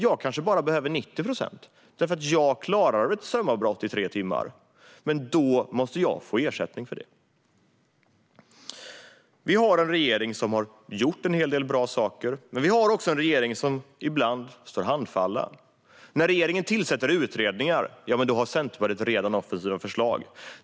Jag kanske bara behöver 90 procents leveranssäkerhet, för jag klarar ett strömavbrott i tre timmar. Men då måste jag få ersättning för det. Vi har en regering som har gjort en hel del bra saker. Men vi har också en regering som ibland står handfallen. När regeringen tillsätter utredningar har Centerpartiet redan offensiva förslag.